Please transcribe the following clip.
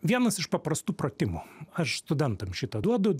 vienas iš paprastų pratimų aš studentam šitą duodu